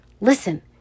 Listen